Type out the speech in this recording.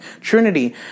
Trinity